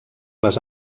les